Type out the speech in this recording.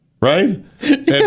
right